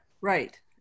Right